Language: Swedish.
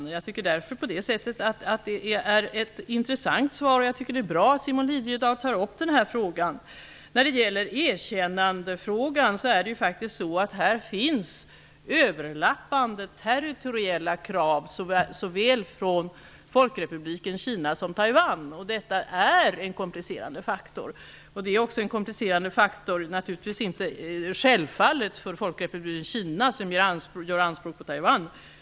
På det sättet tycker jag att det är ett intressant svar, och jag tycker att det är bra att Simon Liliedahl tar upp den här frågan. När det gäller erkännandefrågan kan jag säga att det finns överlappande territoriella krav såväl från Folkrepubliken Kina som från Taiwan. Detta är en komplicerande faktor. Det är också en komplicerande faktor självfallet för Folkrepubliken Kina, som gör anspråk på Taiwan.